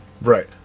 right